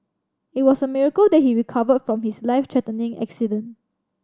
it was a miracle that he recover from his life threatening accident